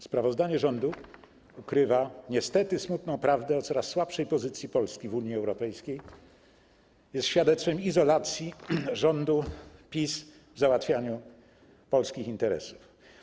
Sprawozdania rządu ukrywają niestety smutną prawdę o coraz słabszej pozycji Polski w Unii Europejskiej, są świadectwem izolacji rządu PiS w załatwianiu polskich interesów.